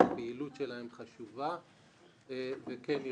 ופעילותם חשובים וכן ירבו.